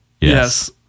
Yes